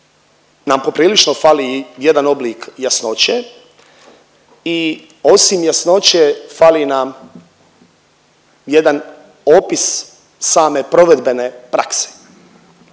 nam poprilično fali jedan oblik jasnoće i osim jasnoće fali nam jedan opis same provedbene prakse.